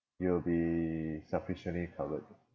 you will be sufficiently covered